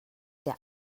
der